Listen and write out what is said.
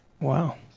Wow